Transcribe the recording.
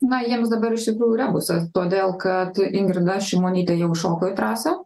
na jiems dabar iš tikrųjų rebusas todėl kad ingrida šimonytė jau įšoko į trąsą